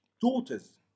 daughters